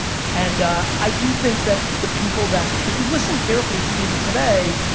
and i do think that the people that, if you listen carefully to even today,